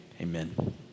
Amen